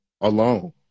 alone